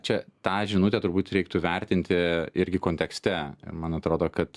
čia tą žinutę turbūt reiktų vertinti irgi kontekste man atrodo kad